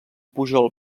pujol